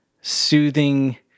soothing